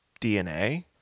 DNA